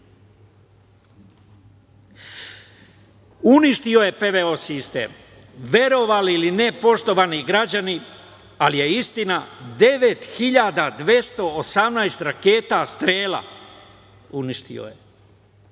Uništio je PVO sistem. Verovali ili ne, poštovani građani, ali je istina - 9.218 raketa "Strela" on je